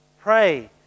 Pray